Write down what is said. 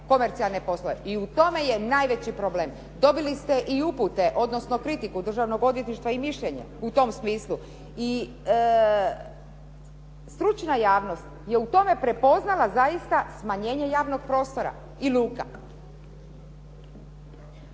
komercijalne poslove. I u tome je najveći problem. Dobili ste i upute, odnosno kritiku Državnog odvjetništva i mišljenje u tom smislu i stručna javnost je u tome prepoznala zaista smanjenje javnog prostora i luka.